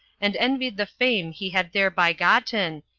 and envied the fame he had thereby gotten,